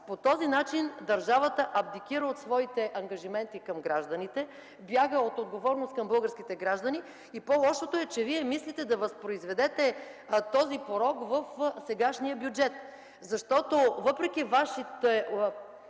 По този начин държавата абдикира от своите ангажименти към гражданите, бяга от отговорност към българските граждани. По-лошото обаче е, че Вие мислите да възпроизведете този порок в сегашния бюджет. Въпреки Вашето